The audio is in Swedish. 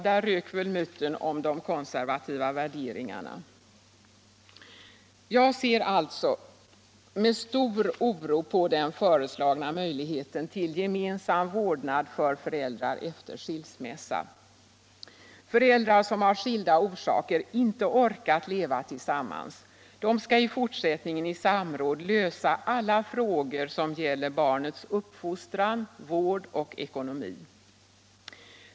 Där rök väl myten om de konservativa värderingarna. Jag ser alltså med stor oro på den föreslagna möjligheten till gemensam vårdnad för föräldrar efter skilsmässan. Föräldrar som av skilda orsaker inte orkat leva tillsammans skall i fortsättningen i samråd lösa alla frågor som gäller barnets uppfostran, vård och ekonomi.